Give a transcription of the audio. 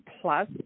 plus